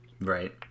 Right